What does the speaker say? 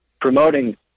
promoting